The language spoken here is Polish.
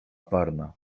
parna